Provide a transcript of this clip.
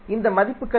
இந்த மதிப்புகள் என்ன